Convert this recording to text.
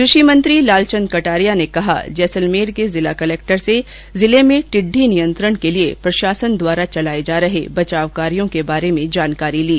कृषि मंत्री लालचन्द कटारिया ने कल जैसलमेर के जिला कलेक्टर से जिले में टिड़डी नियंत्रण र्क लिए प्रशासन द्वारा चलाये जा रहे बचाव कार्यो के बारे में जानकारी ली